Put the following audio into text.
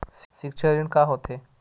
सिक्छा ऋण का होथे?